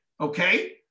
okay